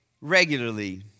regularly